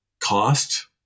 cost